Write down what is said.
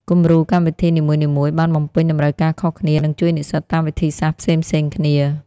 គំរូកម្មវិធីនីមួយៗបានបំពេញតម្រូវការខុសគ្នា និងជួយនិស្សិតតាមវិធីសាស្ត្រផ្សេងៗគ្នា។